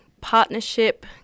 partnership